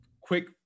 quick